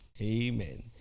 Amen